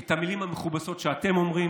את המילים המכובסות שאתם אומרים,